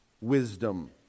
wisdom